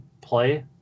play